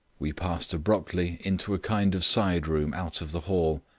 we passed abruptly into a kind of side room out of the hall.